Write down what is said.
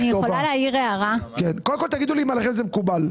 עליכם זה מקובל?